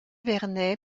vernay